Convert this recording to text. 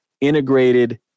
Integrated